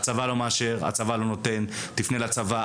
"הצבא לא מאשר, הצבא לא נותן, תפנה לצבא".